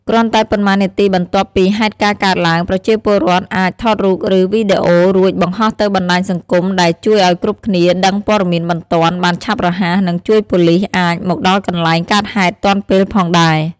គ្រាន់តែប៉ុន្មាននាទីបន្ទាប់ពី ហេតុការណ៍កើតឡើង ប្រជាពលរដ្ឋ អាច ថតរូប ឬ វីដេអូ រួច បង្ហោះទៅបណ្ដាញសង្គម ដែល ជួយឱ្យគ្រប់គ្នាដឹងព័ត៌មានបន្ទាន់ បានឆាប់រហ័ស និង ជួយប៉ូលិស អាច មកដល់កន្លែងកើតហេតុទាន់ពេល ផងដែរ។